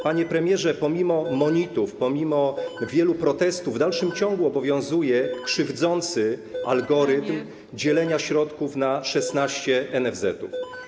Panie premierze, pomimo monitów, pomimo wielu protestów w dalszym ciągu obowiązuje krzywdzący algorytm dzielenia środków na 16 NFZ-etów.